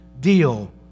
deal